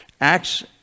Acts